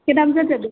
কেইটা বজাত যাবি